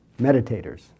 meditators